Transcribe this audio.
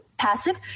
passive